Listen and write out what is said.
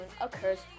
occurs